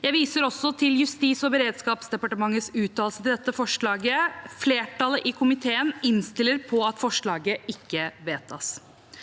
Jeg viser også til Justis- og beredskapsdepartementets uttalelse om dette forslaget. Flertallet i komiteen innstiller på at forslaget ikke vedtas.